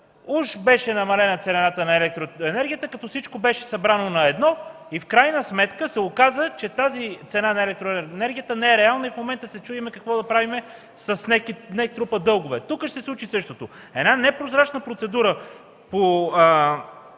Уж беше намалена цената на електроенергията, като всичко беше събрано наедно, но в крайна сметка се оказа, че тази цена на електроенергията не е реална и в момента се чудим какво да правим с НЕК, който трупа дългове. Тук ще се случи същото – една непрозрачна процедура по